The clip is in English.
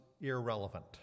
irrelevant